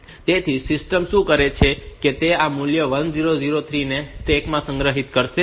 તેથી સિસ્ટમ શું કરશે કે તે આ મૂલ્ય 1003 ને સ્ટેક માં સંગ્રહિત કરશે